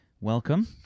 Welcome